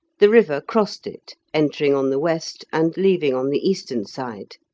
the river crossed it, entering on the west and leaving on the eastern side.